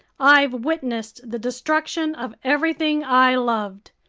i've witnessed the destruction of everything i loved,